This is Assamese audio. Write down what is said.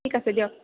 ঠিক আছে দিয়ক